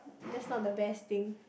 that's not the best thing